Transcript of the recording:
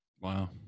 wow